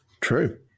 True